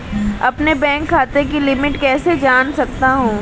अपने बैंक खाते की लिमिट कैसे जान सकता हूं?